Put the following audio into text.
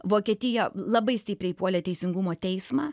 vokietija labai stipriai puolė teisingumo teismą